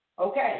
Okay